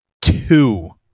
Two